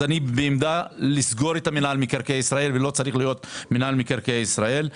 אני בעמדה לסגור אותו ולא צריך להיות מינהל מקרקעי ישראל.